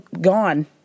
gone